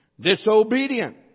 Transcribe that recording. disobedient